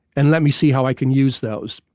and let me see how i can use those.